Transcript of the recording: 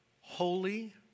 holy